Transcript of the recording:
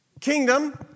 kingdom